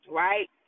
right